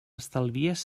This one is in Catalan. estalvies